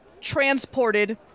transported